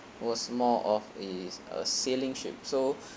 was more of it's a sailing ship so